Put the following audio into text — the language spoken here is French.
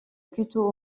plutôt